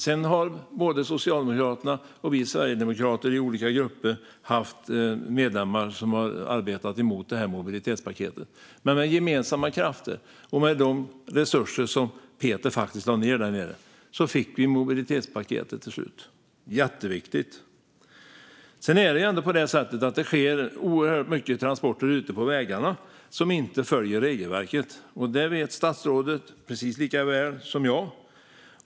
Sedan har både Socialdemokraterna och vi sverigedemokrater i olika grupper haft medlemmar som har arbetat emot mobilitetspaketet, men med gemensamma krafter och med de resurser som Peter faktiskt lade ned i EU fick vi till slut mobilitetspaketet - jätteviktigt. Det sker oerhört mycket transporter ute på vägarna som inte följer regelverket, och det vet statsrådet precis lika väl som jag.